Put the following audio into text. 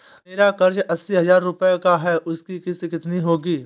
मेरा कर्ज अस्सी हज़ार रुपये का है उसकी किश्त कितनी होगी?